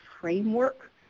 framework